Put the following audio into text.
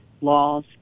laws